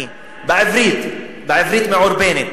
בעברית, בעברית מעורבנת: